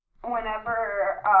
whenever